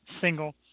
single